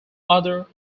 other